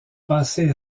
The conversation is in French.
passé